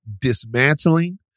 dismantling